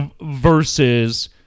Versus